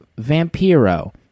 Vampiro